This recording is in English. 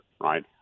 right